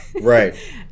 Right